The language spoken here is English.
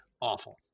Awful